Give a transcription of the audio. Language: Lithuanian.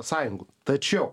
sąjungų tačiau